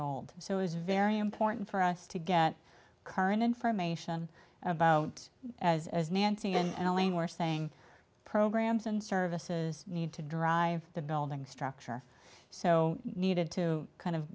old so it's very important for us to get current information about as as nancy and elaine were saying programs and services need to drive the building structure so needed to kind of